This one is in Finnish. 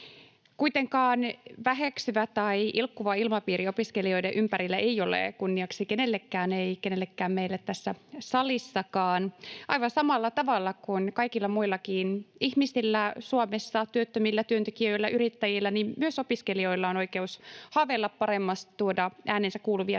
Kuitenkaan väheksyvä tai ilkkuva ilmapiiri opiskelijoiden ympärillä ei ole kunniaksi kenellekään, ei kenellekään meille tässä salissakaan. Aivan samalla tavalla kuin kaikilla muillakin ihmisillä Suomessa, kuten työttömillä, työntekijöillä ja yrittäjillä, myös opiskelijoilla on oikeus haaveilla paremmasta, tuoda äänensä kuuluviin